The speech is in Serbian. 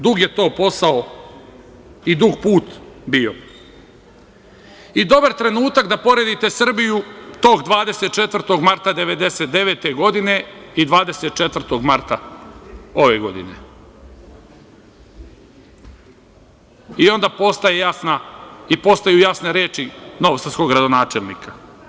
Dug je to posao i dug put bio i dobar trenutak da poredite Srbiju tog 24. marta 1999. godine i 24. marta ove godine, i onda, postaju jasne reči novosadskog gradonačelnika.